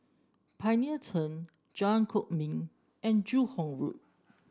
Pioneer Turn Jalan Kwok Min and Joo Hong Road